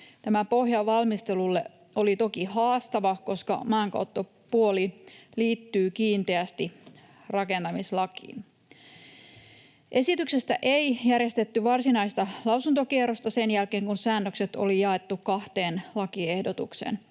Tämä pohja valmistelulle oli toki haastava, koska maankäyttöpuoli liittyy kiinteästi rakentamislakiin. Esityksestä ei järjestetty varsinaista lausuntokierrosta sen jälkeen, kun säännökset oli jaettu kahteen lakiehdotukseen.